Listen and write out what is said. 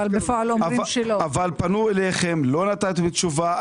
פנו אליכם, לא נתתם תשובה.